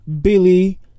billy